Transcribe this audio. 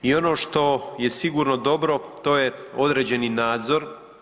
I ono što je sigurno dobro to je određeni nadzor.